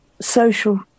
social